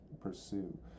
pursue